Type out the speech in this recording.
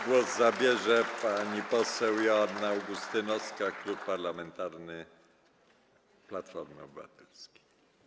Głos zabierze pani poseł Joanna Augustynowska, Klub Parlamentarny Platforma Obywatelska.